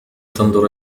تنظر